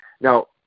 Now